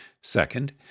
Second